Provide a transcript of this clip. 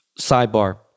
sidebar